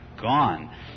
gone